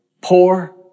poor